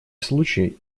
случай